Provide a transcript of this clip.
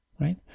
right